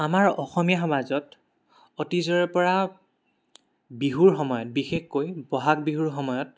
আমাৰ অসমীয়া সমাজত অতীজৰে পৰা বিহুৰ সময়ত বিশেষকৈ বহাগ বিহুৰ সময়ত